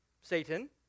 Satan